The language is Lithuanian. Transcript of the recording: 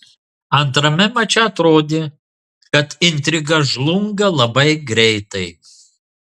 antrame mače atrodė kad intriga žlunga labai greitai